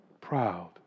proud